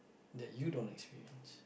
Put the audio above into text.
that you don't experience